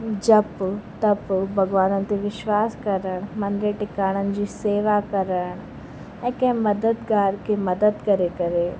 जप तप भॻवाननि ते विश्वास करणु मंदरु टिकाणनि जी सेवा करण ऐं कंहिं मददगार खे मदद करे करे